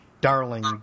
darling